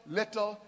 little